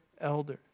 elder